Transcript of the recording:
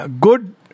Good